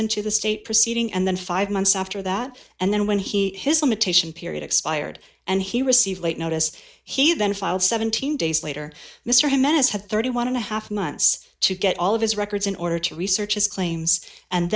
into the state proceeding and then five months after that and then when he his limitation period expired and he received late notice he then filed seventeen days later mr jimenez had thirty one and a half months to get all of his records in order to research his claims and